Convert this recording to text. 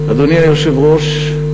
אדוני היושב-ראש,